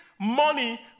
money